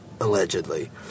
allegedly